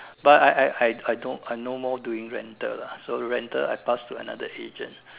but I I I I don't I no more doing rental lah so rental I pass to another agent